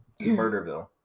Murderville